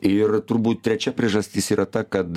ir turbūt trečia priežastis yra ta kad